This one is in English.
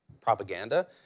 propaganda